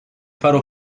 faro